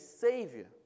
Savior